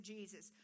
Jesus